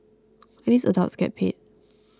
at least adults get paid